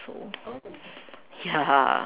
so ya